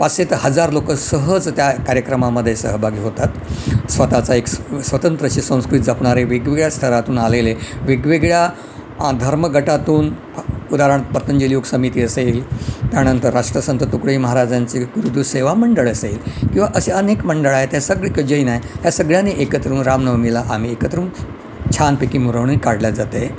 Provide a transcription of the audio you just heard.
पाचशे ते हजार लोक सहज त्या कार्यक्रमामध्ये सहभागी होतात स्वतःचा एक स् स्वतंत्र अशी संस्कृती जपणारे वेगवेगळ्या स्तरातून आलेले वेगवेगळ्या धर्मगटातून उदाहरण पतंजली योग समिती असेल त्यानंतर राष्ट्रसंत तुकडोजी महाराजांची गुरुसेवा मंडळ असेल किवा असे अनेक मंडळ आहे त्या सगळी क जैन आहे त्या सगळ्यांनी एकत्र येऊन रामनवमीला आम्ही एकत्र येऊन छानपैकी मिरवणूक काढली जाते